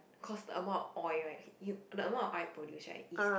cause the amount of oil right you the amount of oil produced right